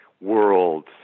world